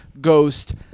ghost